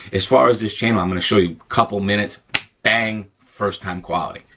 as far as this channel, i'm gonna show you a couple minutes bang, first time quality,